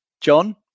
John